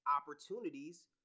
opportunities